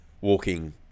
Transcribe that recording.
walking